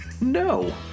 No